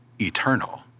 eternal